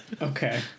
Okay